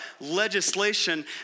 legislation